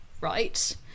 right